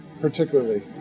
particularly